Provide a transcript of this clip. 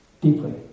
deeply